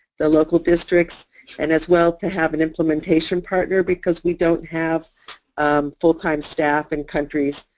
the local districts and as well to have an implementation partner because we don't have full time staff in countries.